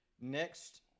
next